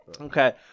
Okay